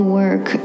work